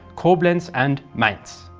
koblenz and mainz.